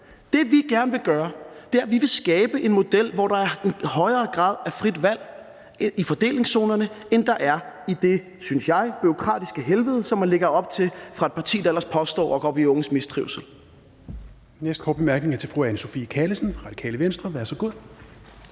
Det, vi gerne vil gøre, er at skabe en model, hvor der er en højere grad af frit valg i fordelingszonerne, end der er i det, synes jeg, bureaukratiske helvede, som man lægger op til fra et parti, der ellers påstår at gå op i unges mistrivsel.